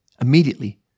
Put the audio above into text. Immediately